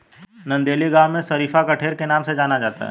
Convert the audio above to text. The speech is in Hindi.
नंदेली गांव में शरीफा कठेर के नाम से जाना जाता है